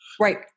Right